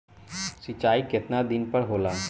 सिंचाई केतना दिन पर होला?